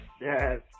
yes